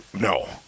No